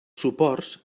suports